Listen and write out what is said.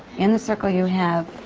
in the circle you have